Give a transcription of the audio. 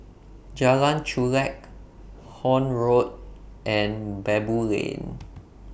Jalan Chulek Horne Road and Baboo Lane